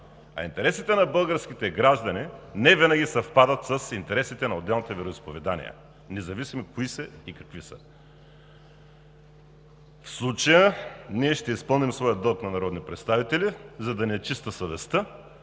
Интересите на българските граждани невинаги съвпадат с интересите на отделните вероизповедания, независимо какви са и кои са. В случая ние ще изпълним своя дълг на народни представители, за да ни е чиста съвестта